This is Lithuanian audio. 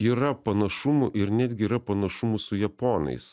yra panašumų ir netgi yra panašumų su japonais